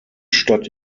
stadt